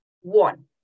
one